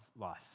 life